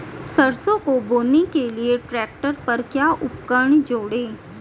सरसों को बोने के लिये ट्रैक्टर पर क्या उपकरण जोड़ें?